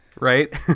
Right